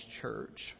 church